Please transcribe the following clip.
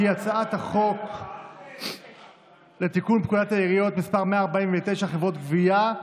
כי הצעת החוק לתיקון פקודת העיריות (מס' 149) (חברות גבייה)